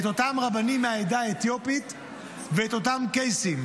את אותם רבנים מהעדה האתיופית ואת אותם קייסים.